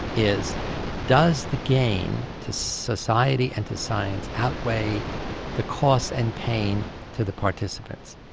is does the gain to society and to science outweigh the cost and pain to the participants?